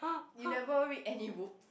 you never read any book